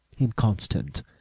inconstant